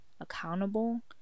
accountable